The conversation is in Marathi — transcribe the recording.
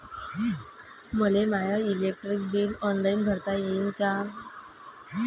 मले माय इलेक्ट्रिक बिल ऑनलाईन भरता येईन का?